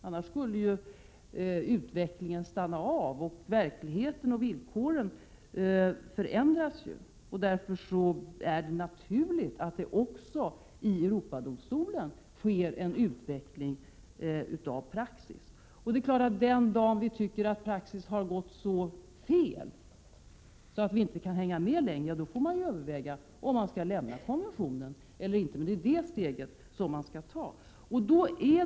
Annars skulle utvecklingen stanna av. Verkligheten och villkoren förändras ju, och därför är det naturligt att det också i Europadomstolen sker en utveckling av praxis. Den dag vi tycker att praxis har gått så fel att vi inte kan hänga med längre, då får vi överväga om vi skall lämna konventionen eller inte — det är det steget man skall ta.